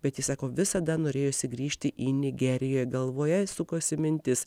bet ji sako visada norėjusi grįžti į nigeriją galvoje sukosi mintis